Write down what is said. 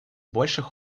больших